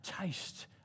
taste